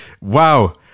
wow